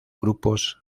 grupos